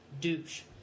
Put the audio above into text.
douche